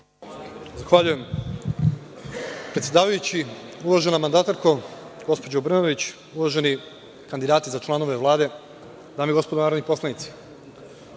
Zahvaljujem. Predsedavajući, uvažena mandatarko, gospođo Brnabić, uvaženi kandidati za članove Vlade, dame i gospodo narodni poslanici,